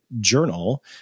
journal